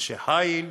אנשי חיל,